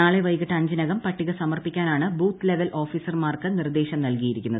നാളെ വൈകിട്ട് അഞ്ചിനകം പട്ടിക സമർപ്പിക്കാനാണ് ബൂത്ത് ലവൽ ഓഫീസർമാർക്ക് നിർദ്ദേശം നൽകിയിരിക്കുന്നത്